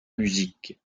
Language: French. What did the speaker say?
musique